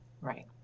Right